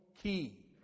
key